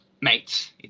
mates